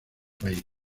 país